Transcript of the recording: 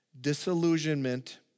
disillusionment